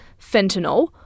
fentanyl